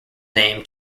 name